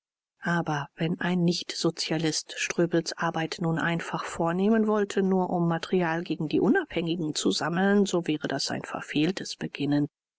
aber wenn ein nichtsozialist ströbels arbeit nun einfach vornehmen wollte nur um material gegen die unabhängigen zu sammeln so wäre das ein verfehltes beginnen